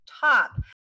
top